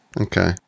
Okay